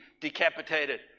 decapitated